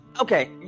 okay